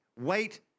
wait